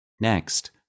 Next